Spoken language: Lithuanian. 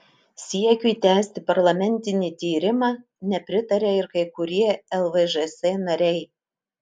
siekiui tęsti parlamentinį tyrimą nepritaria ir kai kurie lvžs nariai